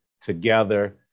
together